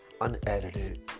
unedited